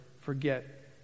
forget